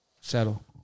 settle